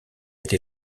été